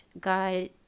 God